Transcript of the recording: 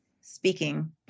speaking